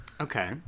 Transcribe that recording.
Okay